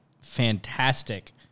fantastic